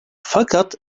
fakat